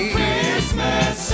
Christmas